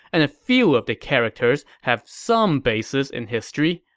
and a few of the characters have some basis in history,